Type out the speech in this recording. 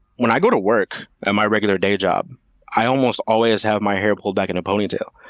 when i go to work at my regular day job i almost always have my hair pulled back in a ponytail,